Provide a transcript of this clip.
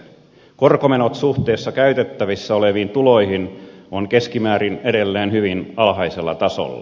korkomenot suhteessa käytettävissä oleviin tuloihin ovat keskimäärin edelleen hyvin alhaisella tasolla